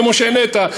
כמו שהעלית.